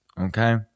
okay